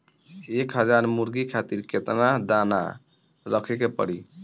एक हज़ार मुर्गी खातिर केतना दाना रखे के पड़ी?